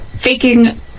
faking